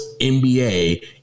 NBA